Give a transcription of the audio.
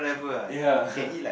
ya